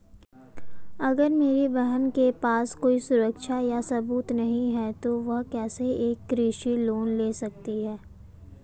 अगर मेरी बहन के पास कोई सुरक्षा या सबूत नहीं है, तो वह कैसे एक कृषि लोन ले सकती है?